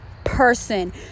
Person